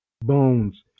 Bones